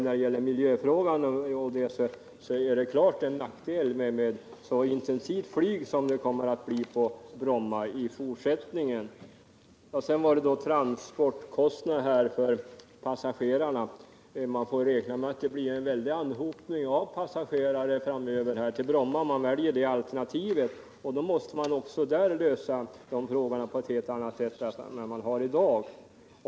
Från miljösynpunkt är det därför en klar nackdel att ha ett sådant intensivt flyg som det kommer att bli på Bromma i fortsättningen. Vad sedan gäller transportkostnaderna för passagerarna får man räkna med en väldig anhopning av passagerare till Bromma framöver, om man väljer det alternativet. Och då måste också transportfrågorna ordnas på ett helt annat sätt än i dag.